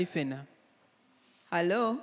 Hello